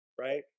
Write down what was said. right